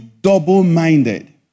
double-minded